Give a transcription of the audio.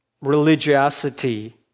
religiosity